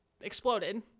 exploded